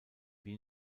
wie